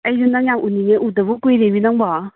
ꯑꯩꯁꯨ ꯅꯪ ꯌꯥꯝ ꯎꯅꯤꯡꯉꯦ ꯎꯗꯕ ꯀꯨꯏꯔꯦꯃꯤ ꯅꯪꯕꯣ